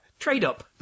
Trade-up